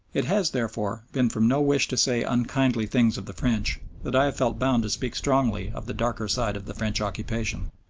it has, therefore, been from no wish to say unkindly things of the french that i have felt bound to speak strongly of the darker side of the french occupation.